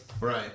Right